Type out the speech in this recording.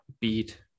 beat